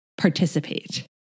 participate